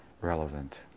relevant